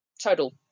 total